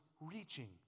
reaching